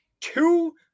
two –